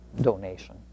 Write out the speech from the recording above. donation